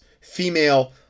female